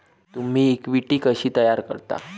तुम्ही इक्विटी कशी तयार करता?